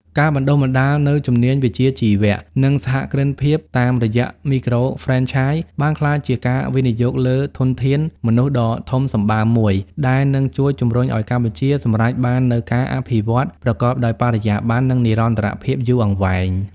ការបណ្តុះបណ្តាលនូវជំនាញវិជ្ជាជីវៈ និងសហគ្រិនភាពតាមរយៈមីក្រូហ្វ្រេនឆាយ បានក្លាយជាការវិនិយោគលើធនធានមនុស្សដ៏ធំសម្បើមមួយ ដែលនឹងជួយជម្រុញឱ្យកម្ពុជាសម្រេចបាននូវការអភិវឌ្ឍប្រកបដោយបរិយាបន្ន និងនិរន្តរភាពយូរអង្វែង។